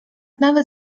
nawet